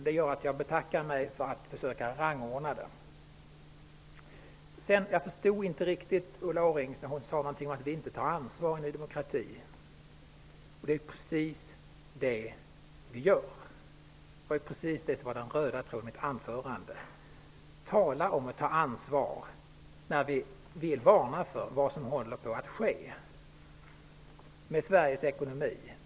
Det gör att jag betackar mig för att försöka mig på en rangordning. Jag förstod inte riktigt Ulla Orring när hon sade någonting om att vi i Ny demokrati inte tar ansvar. Det är precis det vi gör och det som var den röda tråden i mitt anförande. Tala om att ta ansvar! Vi varnar ju för vad som håller på att ske med Sveriges ekonomi.